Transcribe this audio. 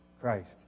Christ